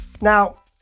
Now